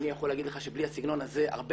אני יכול לומר לך שבלי הסגנון הזה הרבה